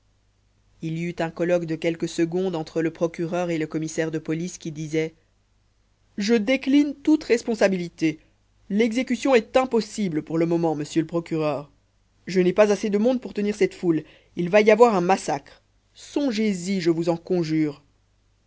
il y eut un colloque de quelques secondes entre le procureur et le commissaire de police qui disait je décline toute responsabilité l'exécution est impossible pour le moment monsieur le procureur je n'ai pas assez de monde pour tenir cette foule il va y avoir un massacre songez-y je vous en conjure